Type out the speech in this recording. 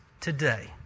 today